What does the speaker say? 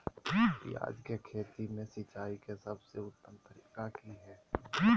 प्याज के खेती में सिंचाई के सबसे उत्तम तरीका की है?